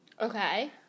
Okay